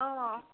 अ